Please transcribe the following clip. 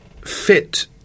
fit